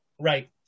Right